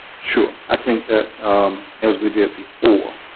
sure, i think that as we did before,